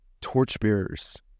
torchbearers